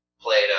Plato